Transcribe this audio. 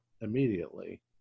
immediately